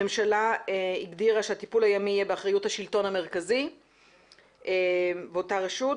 הממשלה הגדירה שהטיפול הימי יהיה באחריות השלטון המרכזי באותה רשות,